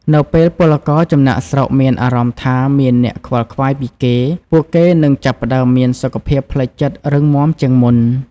នៅពេលពលករចំណាកស្រុកមានអារម្មណ៍ថាមានអ្នកខ្វល់ខ្វាយពីគេ ពួកគេនឹងចាប់ផ្តើមមានសុខភាពផ្លូវចិត្តរឹងមាំជាងមុន។